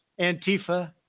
Antifa